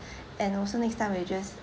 and also next time we'll just